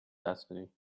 destiny